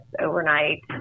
overnight